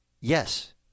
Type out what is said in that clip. yes